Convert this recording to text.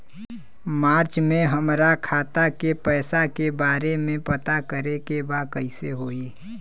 मार्च में हमरा खाता के पैसा के बारे में पता करे के बा कइसे होई?